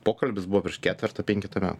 pokalbis buvo prieš ketvertą penketą metų